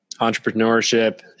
entrepreneurship